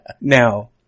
Now